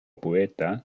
poeta